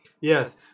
Yes